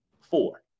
Four